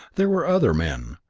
there were other men,